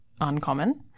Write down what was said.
uncommon